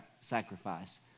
sacrifice